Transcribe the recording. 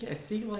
ah c like